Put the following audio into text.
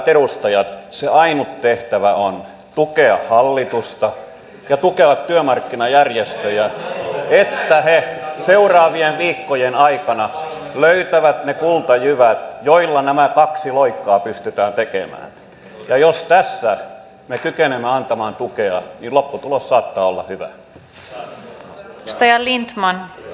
hyvät edustajat se ainut tehtävä on tukea hallitusta ja tukea työmarkkinajärjestöjä että he seuraavien viikkojen aikana löytävät ne kultajyvät joilla nämä kaksi loikkaa pystytään tekemään ja jos tässä me kykenemme antamaan tukea niin lopputulos saattaa olla hyvä